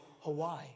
Hawaii